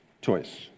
choice